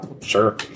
Sure